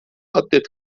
atlet